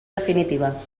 definitiva